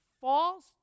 false